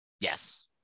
Yes